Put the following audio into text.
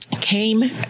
came